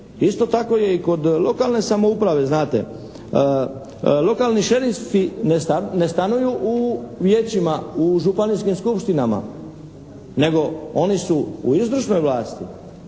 Isto tako je i kod lokalne samouprave, znate? Lokalni šerifi ne stanuju u vijećima, u županijskim skupštinama nego oni su u izvršnoj vlasti.